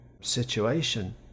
situation